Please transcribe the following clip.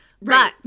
right